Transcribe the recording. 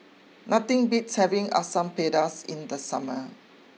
nothing beats having Asam Pedas in the summer